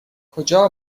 کجا